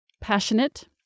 passionate